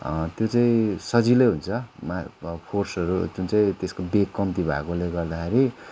त्यो चाहिँ सजिलै हुन्छ मा प फोर्सहरू जुन चाहिँ त्यसको वेग कम्ती भएकोले गर्दाखेरि